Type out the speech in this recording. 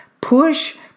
push